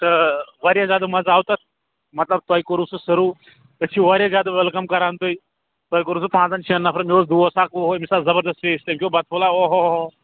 تہٕ واریاہ زیادٕ مَزٕ آو تَتھ مطلب تۄہہِ کوٚروُ سُہ سٔرو أسۍ چھِ واریاہ زیادٕ ویٚلکَم کران تۄہہِ تۄہہِ کوٚروُ سُہ پانٛژَن نَفرَن مےٚ اوس دوس اَکھ اوٚہ اوٚہ أمِس آو واریاہ زیادٕ ٹیسٹ أمۍ کھیٚو بَتہٕ پھوٚلہ اوٚہ اوٚہ